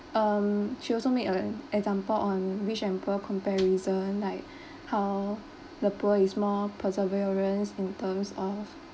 um she also made a example on rich and poor comparison like how the poor is more perseverance in terms of